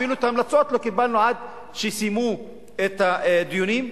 אפילו את ההמלצות לא קיבלנו עד שסיימו את הדיונים.